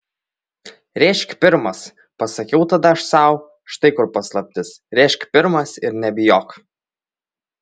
rėžk pirmas pasakiau tada aš sau štai kur paslaptis rėžk pirmas ir nebijok